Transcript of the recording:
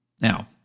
Now